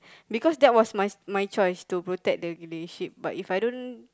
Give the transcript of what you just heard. because that was my my choice to protect the relationship but If I don't